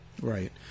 Right